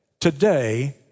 today